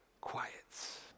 Quiets